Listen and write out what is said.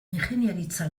ingeniaritza